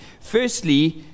Firstly